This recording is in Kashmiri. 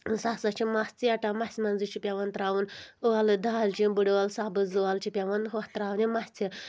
سُہ ہَسا چھِ مژھ ژیٹا مَژھِ منٛزٕے چھِ پؠوان ترٛاوُن ٲلہٕ دالچہِ بٕڈٲل سَبٕز ٲلۍ چھِ پؠوان ہُتھ ترٛاوٕنہِ مژھِ